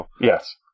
Yes